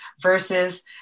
versus